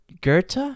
Goethe